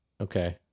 Okay